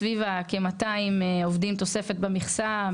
סביב ה-200 עובדים מירדן כתוספת במכסה.